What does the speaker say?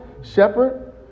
shepherd